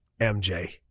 MJ